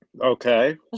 Okay